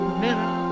mirror